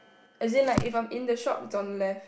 as in like if I'm in the shop it's on left